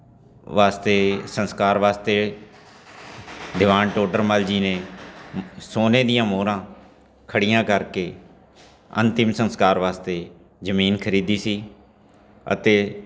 ਵਾਸਤੇ ਸੰਸਕਾਰ ਵਾਸਤੇ ਦੀਵਾਨ ਟੋਡਰਮੱਲ ਜੀ ਨੇ ਸੋਨੇ ਦੀਆਂ ਮੋਹਰਾਂ ਖੜ੍ਹੀਆਂ ਕਰਕੇ ਅੰਤਿਮ ਸੰਸਕਾਰ ਵਾਸਤੇ ਜਮੀਨ ਖਰੀਦੀ ਸੀ ਅਤੇ